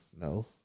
No